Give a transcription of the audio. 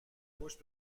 پشت